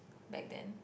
back then